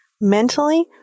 mentally